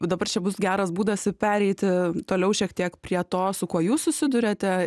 dabar čia bus geras būdas pereiti toliau šiek tiek prie to su kuo jūs susiduriate